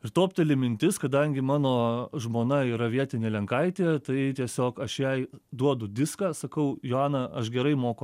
ir topteli mintis kadangi mano žmona yra vietinė lenkaitė tai tiesiog aš jai duodu diską sakau joana aš gerai moku